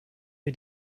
mir